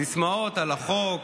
סיסמאות על החוק,